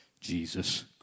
Jesus